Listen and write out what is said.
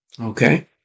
Okay